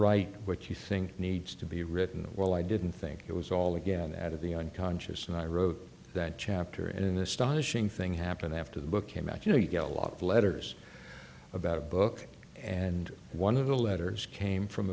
write what you think needs to be written well i didn't think it was all again out of the unconscious and i wrote that chapter in the stylish ing thing happen after the book came out you know you get a lot of letters about a book and one of the letters came from